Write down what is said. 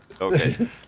Okay